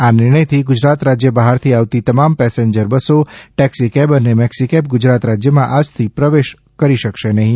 આ નિર્ણયથી ગુજરાત રાજ્ય બહારથી આવતી તમામ પેસેન્જર બસો ટેક્સી કેબ અને મેક્સી કેબ ગુજરાત રાજ્યમાં આજથી પ્રવેશી શકશે નહીં